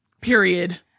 Period